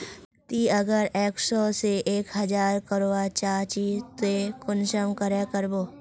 ती अगर एक सो से एक हजार करवा चाँ चची ते कुंसम करे करबो?